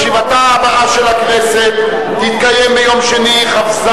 ישיבתה הבאה של הכנסת תתקיים ביום שני, כ"ז